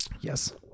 Yes